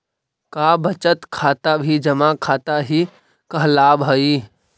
का बचत खाता भी जमा खाता ही कहलावऽ हइ?